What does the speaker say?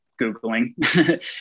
Googling